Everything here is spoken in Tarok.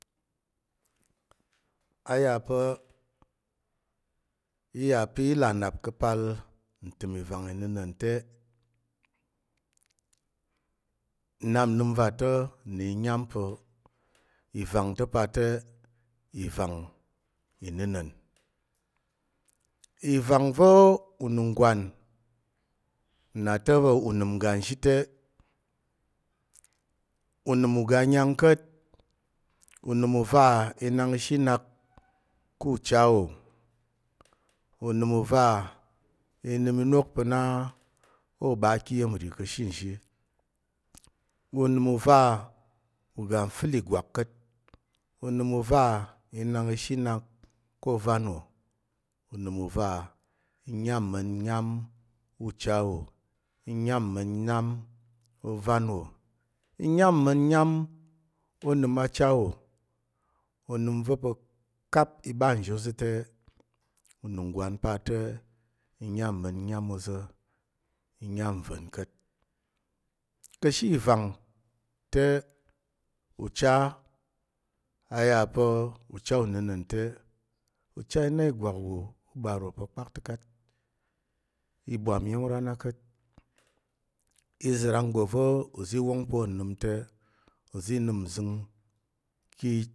A yà pa̱ iya pa̱ i là nnap ka̱pal ntəm ivang nnəna̱n te nnap nnəm va̱ ta na nyám pa̱ ivang inəna̱n ivang va u newan nata pa̱ unəm uga nzhi te unəm uga nyà ka̱t unəm u va i nak ishi nak ku ucha wò. Unəm u va inəm inok pa̱ na ô ɓa ki iya̱m nri ka̱she nzhi. Unəm u va uga fəl ìgwak ka̱t, unəm u va i nak ishi nak ko ovan wò, unəm u va i nyám mma̱n ôvan wò. Unəm u va i nyám mma̱n nya̱m ûcha wò, i nyám mma̱n nyám ôvan wò. I nyám mma̱n nyám ônəm acha wò. Onəm va̱ pa̱ kap ɓa nzhi oza̱ te, unungwan pa te nyám mma̱n nəm oza̱ i nyám nva̱n ka̱t ka̱she ivang te uchar a ya pa̱ uchar unəna̱n te ucha i na ìgwak wò ûɓar wò pa̱ kpakta̱kat, i bwam iya̱m iro a na ka̱t iza̱ rang nggo va̱ uzi i wong pa̱ onəm te ozi i nəm nzəng.